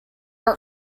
art